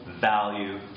value